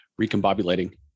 recombobulating